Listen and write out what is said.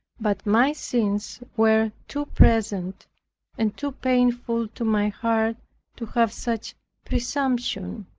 but my sins were too present and too painful to my heart to have such presumption.